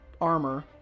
armor